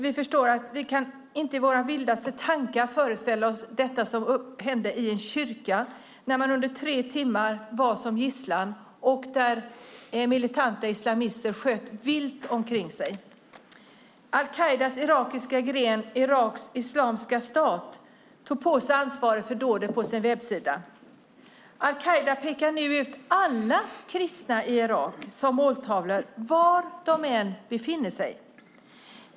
Vi förstår att vi inte i våra vildaste tankar kan föreställa oss det som hände i en kyrka där människor var gisslan i tre timmar och militanta islamister sköt vilt omkring sig. Al-Qaidas irakiska gren Iraks islamska stat tog på sig ansvaret för dådet på sin webbsida. Al-Qaida pekar nu ut alla kristna i Irak som måltavlor, var de än befinner sig.